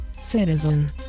citizen